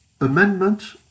amendment